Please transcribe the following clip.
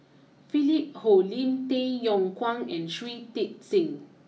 Philip Hoalim Tay Yong Kwang and Shui Tit sing